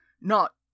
Not